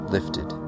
Lifted